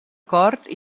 cort